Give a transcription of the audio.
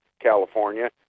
California